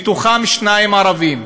מהם שניים ערבים.